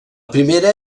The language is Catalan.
primera